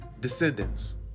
descendants